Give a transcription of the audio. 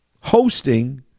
hosting